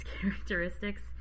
characteristics